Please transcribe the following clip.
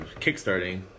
Kickstarting